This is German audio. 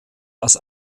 als